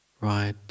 right